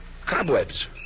Cobwebs